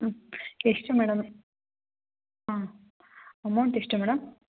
ಹ್ಞೂ ಎಷ್ಟು ಮೇಡಮ್ ಹಾಂ ಅಮೌಂಟ್ ಎಷ್ಟು ಮೇಡಮ್